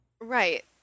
right